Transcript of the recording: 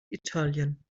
italien